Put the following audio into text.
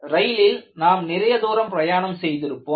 ரயிலில் நாம் நிறைய தூரம் பிரயாணம் செய்திருப்போம்